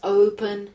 open